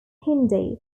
hindi